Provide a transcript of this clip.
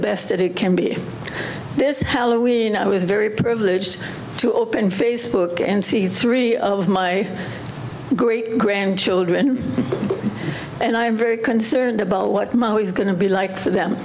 best it can be this halloween i was very privileged to open facebook and see three of my great grandchildren and i am very concerned about what is going to be like for them